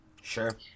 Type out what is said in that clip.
sure